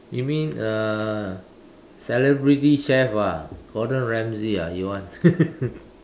you mean uh celebrity chef ah Gordon-Ramsay ah you want